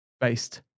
based